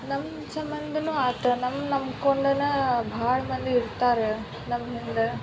ನಮ್ಮ ಸಂಬಂಧನೂ ಆತು ನಮ್ಮ ನಂಬ್ಕೊಂಡೇನ ಭಾಳ ಮಂದಿ ಇರ್ತಾರೆ ನಮ್ಮ ಹಿಂದೆ